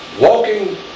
walking